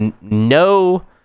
no